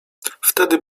wtedy